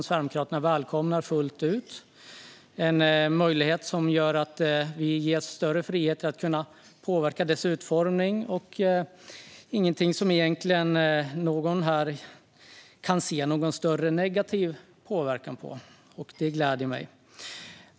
Sverigedemokraterna välkomnar denna proposition fullt ut eftersom den ger större frihet att påverka utformningen. Ingen här ser egentligen något negativt med detta, vilket gläder mig.